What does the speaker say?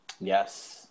Yes